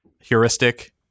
heuristic